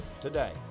today